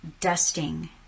dusting